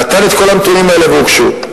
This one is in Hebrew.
נתן את כל הנתונים האלה והם הוגשו.